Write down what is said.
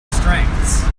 strengths